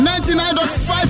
99.5